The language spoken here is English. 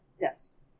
Yes